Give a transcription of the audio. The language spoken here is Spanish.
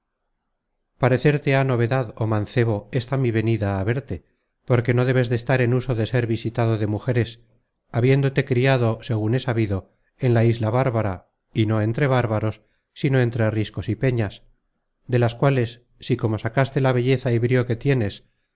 parecerte ha novedad oh mancebo esta mi venida á verte porque no debes de estar en uso de ser visitado de mujeres habiéndote criado segun he sabido en la isla bárbara y no entre bárbaros sino entre riscos y peñas de las cuales si como sacaste la belleza y brío que tienes